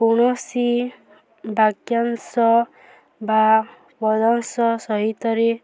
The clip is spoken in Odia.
କୌଣସି ବାକ୍ୟାଂଶ ବା ପଦଂଶ ସହିତରେ